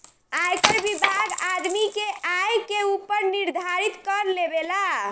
आयकर विभाग आदमी के आय के ऊपर निर्धारित कर लेबेला